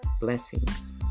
Blessings